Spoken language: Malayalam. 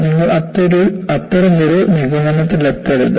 നിങ്ങൾ അത്തരമൊരു നിഗമനത്തിലെത്തരുത്